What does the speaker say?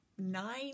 nine